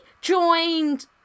joined